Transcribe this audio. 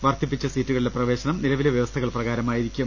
വർദ്ധിപ്പിച്ച സീറ്റു കളിലെ പ്രവേശനം നിലവിലെ വ്യവസ്ഥകൾ പ്രകാരമായിരിക്കും